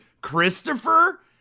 Christopher